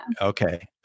Okay